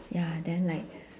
ya then like